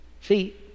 see